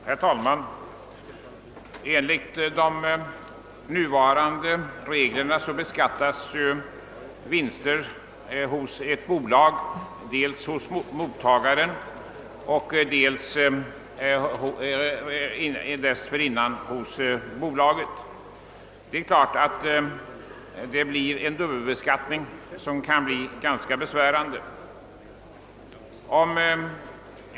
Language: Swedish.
Herr talman! Enligt de nuvarande reglerna beskattas bolagsvinster dels hos aktieägaren, dels dessförinnan hos bolaget. Denna dubbelbeskattning kan bli ganska besvärande.